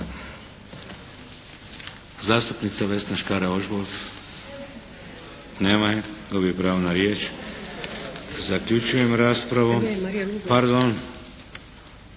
Zastupnica Vesna Škare Ožbolt. Nema je. Gubi pravo na riječ. Zaključujem raspravu. Pardon.